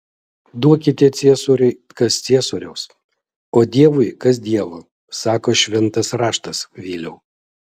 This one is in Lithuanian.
duokite ciesoriui kas ciesoriaus o dievui kas dievo sako šventas raštas viliau